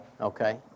Okay